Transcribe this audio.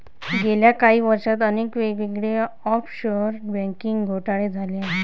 गेल्या काही वर्षांत अनेक वेगवेगळे ऑफशोअर बँकिंग घोटाळे झाले आहेत